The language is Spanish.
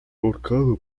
ahorcado